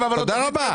זה לא מוציא אף אחד